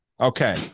Okay